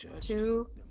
two